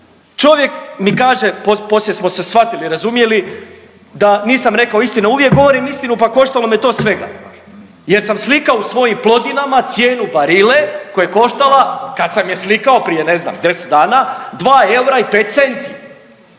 Čovjek mi kaže, poslije smo se shvatili i razumjeli da nisam rekao istinu, a uvijek govorim istinu pa koštalo me to svega jer sam slikao u svojim Plodinama cijenu Barille koja je koštala kad sam je slikao prije ne znam 10 dana 2 eura i 5 centi,